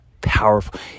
powerful